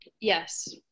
Yes